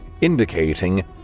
indicating